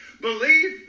believe